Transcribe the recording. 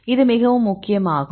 இது மிகவும் முக்கியம் ஆகும்